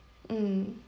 mm